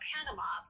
Panama